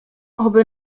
oby